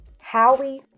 Howie